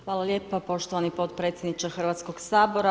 Hvala lijepo poštovani potpredsjedniče Hrvatskog sabora.